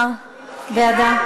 דיון ולהעביר לוועדה.